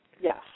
Yes